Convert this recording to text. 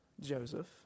Joseph